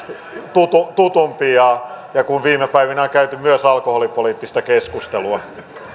tutumpi kun viime päivinä on käyty myös alkoholipoliittista keskustelua